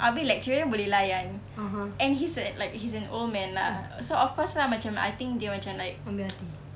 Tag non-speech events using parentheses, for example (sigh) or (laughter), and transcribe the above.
abeh lecturer dia boleh layan and he's a he's an old man lah so of course lah macam I think dia macam like (noise)